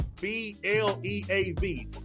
B-L-E-A-V